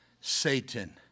Satan